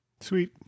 Sweet